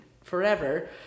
forever